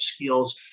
skills